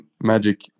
magic